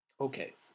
Okay